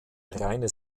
reine